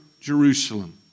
Jerusalem